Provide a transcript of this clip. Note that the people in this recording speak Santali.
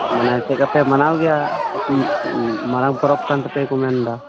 ᱢᱟᱱᱮ ᱪᱮᱫᱞᱮᱠᱟᱯᱮ ᱢᱟᱱᱟᱣ ᱜᱮᱭᱟ ᱢᱟᱨᱟᱝ ᱯᱚᱨᱚᱵᱽ ᱠᱟᱱ ᱛᱟᱯᱮᱭᱟᱠᱚ ᱢᱮᱱᱫᱟ